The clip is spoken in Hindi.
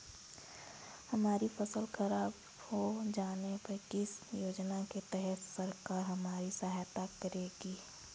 हमारी फसल खराब हो जाने पर किस योजना के तहत सरकार हमारी सहायता करेगी?